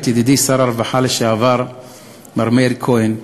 את ידידי שר הרווחה לשעבר מר מאיר כהן,